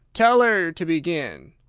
tell her to begin.